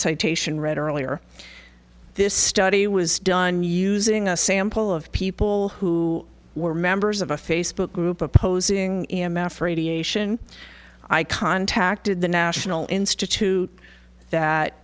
citation read earlier this study was done using a sample of people who were members of a facebook group opposing e m f radiation i contacted the national institute that